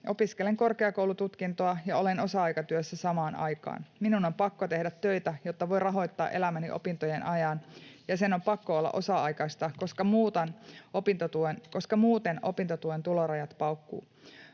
Opiskelen korkeakoulututkintoa ja olen osa-aikatyössä samaan aikaan. Minun on pakko tehdä töitä, jotta voin rahoittaa elämäni opintojen ajan, ja sen on pakko olla osa-aikaista, koska muuten opintotuen tulorajat paukkuu.